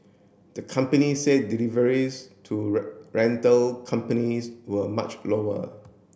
the company said deliveries to rental companies were much lower